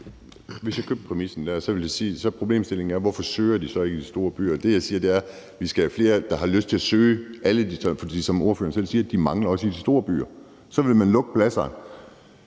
Hvis jeg købte den præmis, vil jeg sige, at så er problemstillingen: Hvorfor søger de så ikke i de store byer? Det, jeg siger, er, at vi skal have flere, der har lyst til at søge alle steder, for som fru Sandra Elisabeth Skalvig selv siger, mangler de også i de store byer. Så vil man lukke pladser.